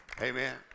Amen